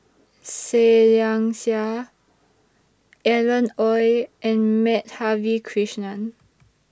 Seah Liang Seah Alan Oei and Madhavi Krishnan